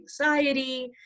anxiety